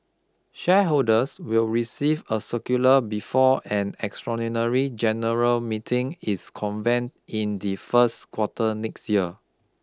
shareholders will receive a circular before an extraordinary general meeting is convened in the first quarter next year